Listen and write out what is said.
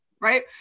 right